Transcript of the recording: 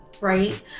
right